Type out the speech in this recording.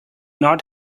not